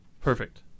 Perfect